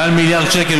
מעל מיליארד שקל,